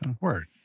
Word